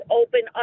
open